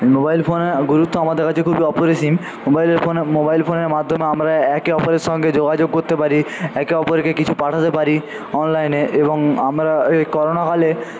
mobile ফোনের গুরুত্ব আমাদের কাছে খুবই অপরিসীম মোবাইল ফোনের মোবাইল ফোনের মাধ্যমে আমরা একে অপরের সঙ্গে যোগাযোগ করতে পারি একে অপরকে কিছু পাঠাতে পারি অনলাইনে এবং আমরা এই করোনাকালে